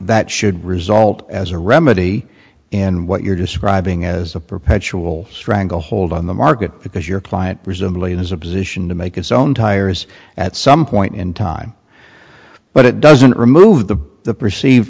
that should result as a remedy and what you're describing as a perpetual stranglehold on the market because your client presumably has a position to make his own tires at some point in time but it doesn't remove the the perceived